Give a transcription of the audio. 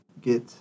get